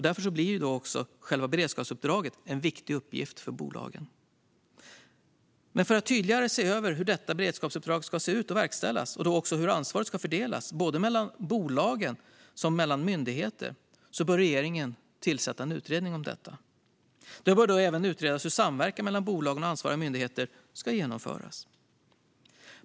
Därför blir själva beredskapsuppdraget en viktig uppgift för bolagen. Men för att tydligare se över hur detta beredskapsuppdrag ska se ut och verkställas, och också hur ansvaret ska fördelas både mellan bolagen och mellan myndigheter, bör regeringen tillsätta en utredning om detta. Det bör då även utredas hur samverkan mellan bolagen och ansvariga myndigheter ska genomföras.